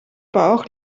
bauch